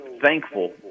thankful